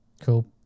cool